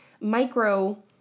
micro